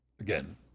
Again